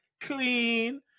clean